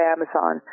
Amazon